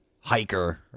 hiker